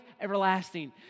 everlasting